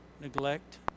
neglect